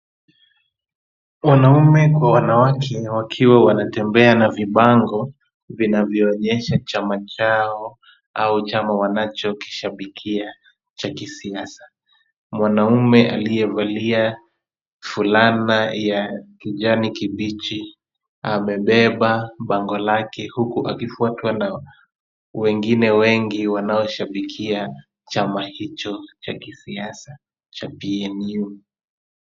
Wanaume kwa wanawake wakiwa wanatembea na vibango vinavyoonyesha chama chao au chama wanachokishabikia cha kisiasa. Mwanamume aliyevalia fulana ya kijani kibichi amebeba bango lake huku akifuatwa na wengine wengi wanaoshabikia chama hicho cha kisiasa cha PNU.